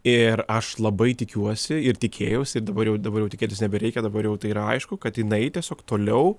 ir aš labai tikiuosi ir tikėjausi dabar jau dabar jau tikėtis nebereikia dabar jau tai yra aišku kad jinai tiesiog toliau